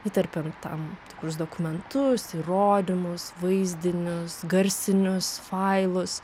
įterpiant tam tikrus dokumentus įrodymus vaizdinius garsinius failus